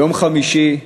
ביום חמישי,